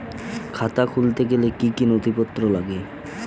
খাতা খুলতে গেলে কি কি নথিপত্র লাগে?